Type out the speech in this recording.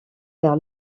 vers